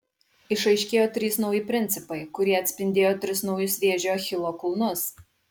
išaiškėjo trys nauji principai kurie atspindėjo tris naujus vėžio achilo kulnus